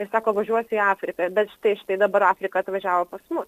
ir sako važiuosi į afriką bet štai štai dabar afrika atvažiavo pas mus